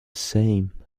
same